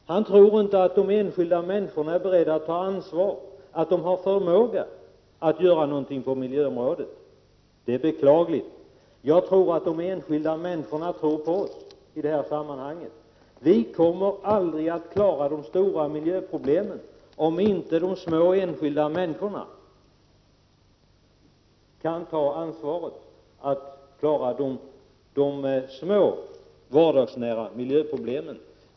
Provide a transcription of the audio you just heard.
Han tror inte att de är beredda att ta ansvar eller har förmåga att göra någonting på miljöområdet. Det är beklagligt. Jag tror att de enskilda människorna tror på oss i det här sammanhanget. Vi kommer aldrig att lösa de stora miljöproblemen, om inte de enskilda människorna kan ta ansvaret för att klara de små, vardagsnära miljöproblemen.